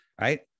right